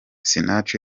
sinach